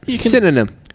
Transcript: Synonym